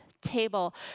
table